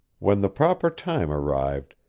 when the proper time arrived,